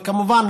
וכמובן,